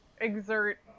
exert